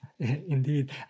Indeed